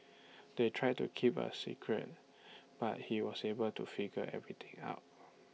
they tried to keep A secret but he was able to figure everything out